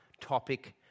topic